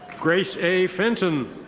grace a. fenton.